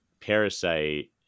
Parasite